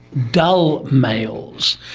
dull males.